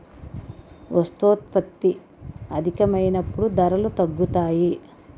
వస్తోత్పత్తి అధికమైనప్పుడు ధరలు తగ్గుతాయి